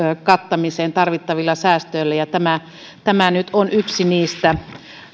kattamiseen tarvittavilla säästöillä ja tämä tämä nyt on yksi niistä